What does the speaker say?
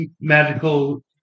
magical